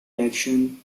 election